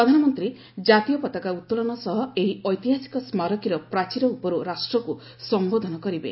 ପ୍ରଧାନମନ୍ତ୍ରୀ ଜାତୀୟ ପତାକା ଉତ୍ତୋଳନ ସହ ଏହି ଐତିହାସିକ ସ୍କାରକୀର ପ୍ରାଚୀର ଉପରୁ ରାଷ୍ଟ୍ରକୁ ସମ୍ବୋଧନ କରିବେ